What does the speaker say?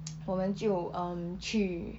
我们就 um 去